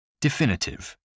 Definitive